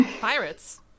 pirates